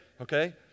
okay